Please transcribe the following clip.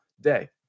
day